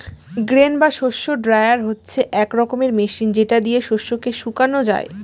grain বা শস্য dryer হচ্ছে এক রকমের মেশিন যেটা দিয়ে শস্যকে শুকানো যায়